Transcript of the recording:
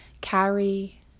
carry